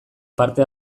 parte